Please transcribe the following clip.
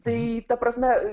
tai ta prasme